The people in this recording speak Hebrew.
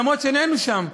למרות שאיננו שם.